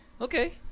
okay